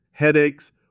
headaches